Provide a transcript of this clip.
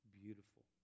beautiful